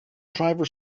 driver